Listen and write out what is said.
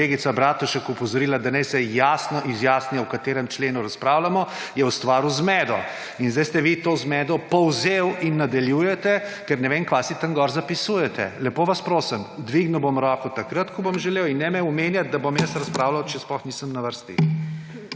kolegica Bratušek opozorila, da naj se jasno izjasni o katerem členu razpravljamo, je ustvaril zmedo in zdaj ste vi to zmedo povzel in nadaljujete, ker ne vem kaj si tam gor zapisujete. Lepo vas prosim! Dvignil bom roko takrat, ko bom želel in ne me omenjati, da bom jaz razpravljal, če sploh nisem na vrsti.